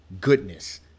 goodness